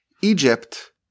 Egypt